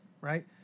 right